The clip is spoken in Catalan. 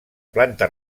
planta